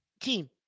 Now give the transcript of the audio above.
team